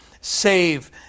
Save